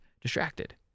distracted